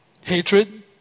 Hatred